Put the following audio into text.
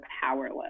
powerless